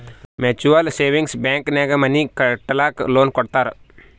mutual savings bank ನಾಗ್ money ಕಟ್ಟಲಕ್ಕ್ loan ಕೊಡ್ತಾರ್